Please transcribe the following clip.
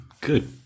Good